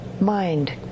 mind